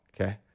Okay